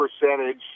percentage